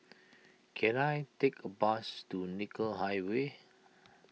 can I take a bus to Nicoll Highway